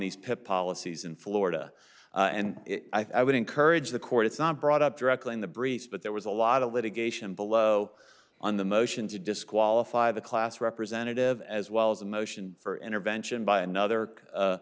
these pip policies in florida and i would encourage the court it's not brought up directly in the briefs but there was a lot of litigation below on the motion to disqualify the class representative as well as a motion for intervention by another